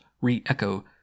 re-echo